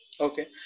Okay